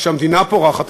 כשהמדינה פורחת,